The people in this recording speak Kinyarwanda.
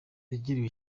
yagiriwe